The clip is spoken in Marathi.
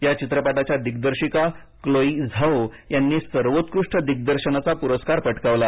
या चित्रपटाच्या दिग्दर्शिका क्लोइ झाओ यांनी सर्वोत्कृष्ट दिग्दर्शनाचा पुरस्कार पटकावला